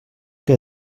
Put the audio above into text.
que